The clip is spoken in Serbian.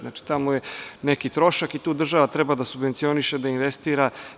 Znači, tamo je neki trošak i tu država treba da subvencioniše, da investira.